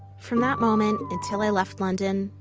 from that moment, until i left london,